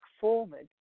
forward